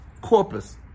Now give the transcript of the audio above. corpus